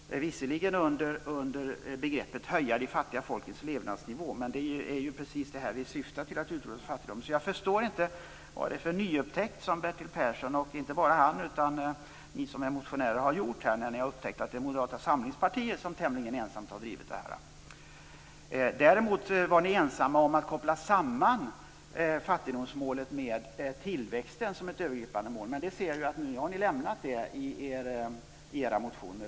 Det var visserligen under begreppet "höja de fattiga folkens levnadsnivå", men det är ju precis det vi syftar på; att utrota fattigdomen. Jag förstår därför inte vad det är för ny upptäckt som Bertil Persson och ni andra som är motionärer har gjort här om att det skulle vara Moderata samlingspartiet som tämligen ensamt har drivit det här. Däremot var ni ensamma om att koppla samman fattigdomsmålet med tillväxten som ett övergripande mål. Men nu ser jag att ni har lämnat det i era motioner.